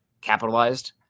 capitalized